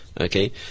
Okay